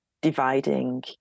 dividing